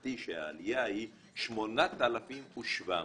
הממלכתי-דתי שהעלייה היא 8,700 שקלים,